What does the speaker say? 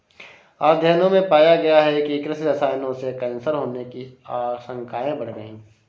अध्ययनों में पाया गया है कि कृषि रसायनों से कैंसर होने की आशंकाएं बढ़ गई